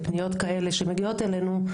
פניות כאלה, שמגיעות אלינו,